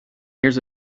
years